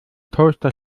toaster